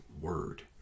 word